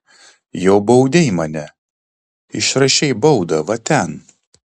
jau baudei mane išrašei baudą va ten